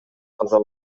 каза